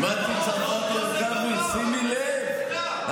אבל תשימי לב,